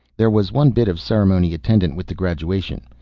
there was one bit of ceremony attendant with the graduation.